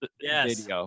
Yes